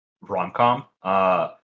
rom-com